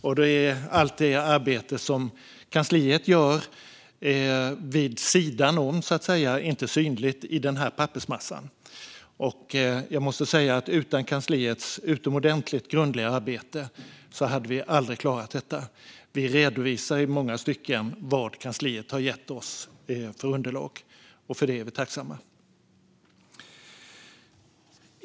Och då är allt det arbete som kansliet gör vid sidan av, så att säga, inte synligt i den pappersmassan. Jag måste säga att utan kansliets utomordentligt grundliga arbete hade vi aldrig klarat detta. Vi redovisar i många stycken vad kansliet har gett oss för underlag, och för det är vi tacksamma.